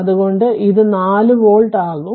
അതുകൊണ്ട് ഇത് 4 V ആകും